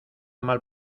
mal